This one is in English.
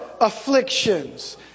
afflictions